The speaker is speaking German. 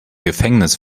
gefängnis